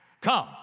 come